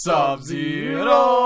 Sub-Zero